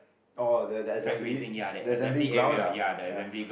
oh the the assembly the assembly ground lah ya